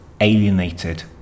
alienated